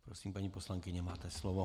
Prosím, paní poslankyně, máte slovo.